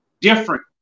different